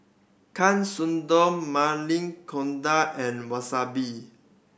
Katsudon Maili Kofta and Wasabi